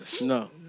No